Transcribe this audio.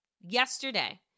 yesterday